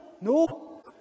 No